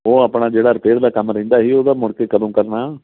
ਓ ਆਪਣਾ ਜਿਹੜਾ ਰਿਪੇਅਰ ਦਾ ਕੰਮ ਰਹਿੰਦਾ ਸੀ ਉਹਦਾ ਮੁੜ ਕੇ ਕਦੋਂ ਕਰਨਾ